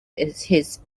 his